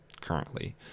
currently